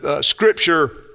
scripture